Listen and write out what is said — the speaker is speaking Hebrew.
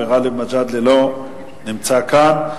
וגאלב מג'אדלה לא נמצא כאן.